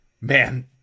man